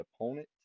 opponent